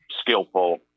skillful